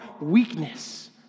weakness